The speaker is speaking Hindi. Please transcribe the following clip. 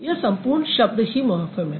यह सम्पूर्ण शब्द ही मॉर्फ़िम है